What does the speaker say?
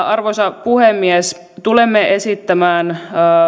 arvoisa puhemies tulemme esittämään